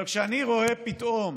אבל כשאני רואה פתאום